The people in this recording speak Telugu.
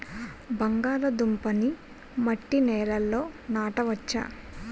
బంగాళదుంప నీ మట్టి నేలల్లో నాట వచ్చా?